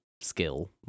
skill